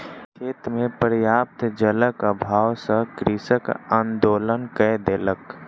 खेत मे पर्याप्त जलक अभाव सॅ कृषक आंदोलन कय देलक